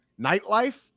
nightlife